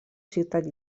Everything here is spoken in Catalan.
ciutat